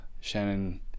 Shannon